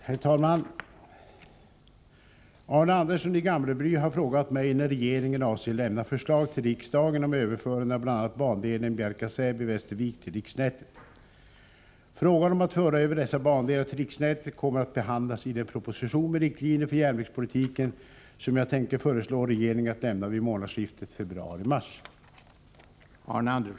Herr talman! Arne Andersson i Gamleby har frågat mig när regeringen avser lämna förslag till riksdagen om överförande av bl.a. bandelen Bjärka-Säby-Västervik till riksnätet. Frågan om att föra över vissa bandelar till riksnätet kommmer att behandlas i den proposition med riktlinjer för järnvägspolitiken som jag tänker föreslå regeringen att lämna vid månadsskiftet februari-mars.